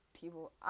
people